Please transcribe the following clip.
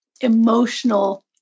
emotional